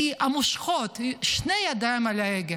כי המושכות, שתי הידיים על ההגה,